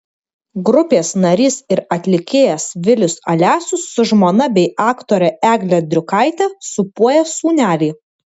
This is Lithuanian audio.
grupės narys ir atlikėjas vilius alesius su žmona bei aktore egle driukaite sūpuoja sūnelį